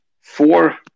four